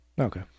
Okay